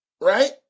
Right